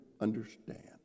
understand